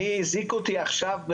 הזעיקו אותי עכשיו,